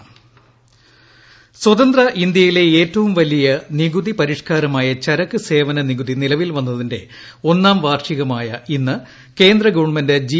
ടടടടടടടടടടടട G S T സ്വതന്ത്ര ഇന്തൃയിലെ ഏറ്റവും വലിയ നികുതി പരിഷ്കാരമായ ചരക്ക് സേവന നികുതി നിലവിൽ വന്നതിന്റെ ഒന്നാം വാർഷികമായ ഇന്ന് കേന്ദ്രഗവൺമെന്റ് ജി